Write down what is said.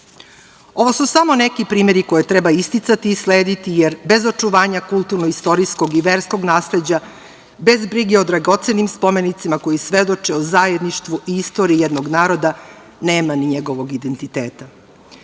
Ovo su samo neki primeri koje treba isticati i slediti, jer bez očuvanja kulturno-istorijskog i verskog nasleđa, bez brige o dragocenim spomenicima koji svedoče o zajedništvu i istoriji jednog naroda nema ni njegovog identiteta. Kada